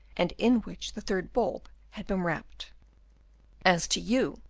and in which the third bulb had been wrapped as to you,